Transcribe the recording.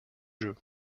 jeu